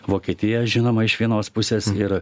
vokietija žinoma iš vienos pusės ir